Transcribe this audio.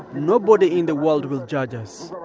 nobody in the world will judge us